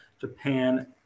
Japan